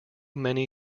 many